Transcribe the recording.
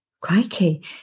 crikey